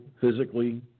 physically